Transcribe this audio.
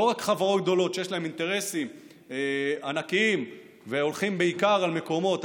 לא רק חברות גדולות שיש להן אינטרסים ענקיים והולכות בעיקר על מקומות,